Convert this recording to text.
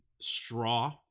Straw